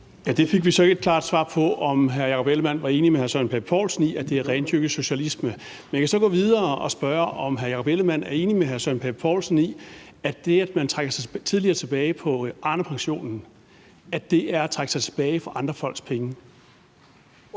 : Vi fik så ikke et klart svar på, om hr. Jakob Ellemann-Jensen var enig med hr. Søren Pape Poulsen i, at det er rendyrket socialisme. Men jeg kan så gå videre og spørge, om hr. Jakob Ellemann-Jensen er enig med hr. Søren Pape Poulsen i, at det at trække sig tidligere tilbage på Arnepensionen er at trække sig tilbage for andre folks penge.